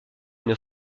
une